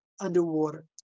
underwater